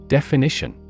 Definition